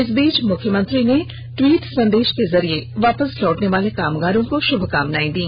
इस बीच मुख्यमंत्री हेमंत सोरेन ने ट्वीट संदेष के जरिये वापस लौटनेवाले कामगारों को शुभकामनायें दी